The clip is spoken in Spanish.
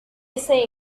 ese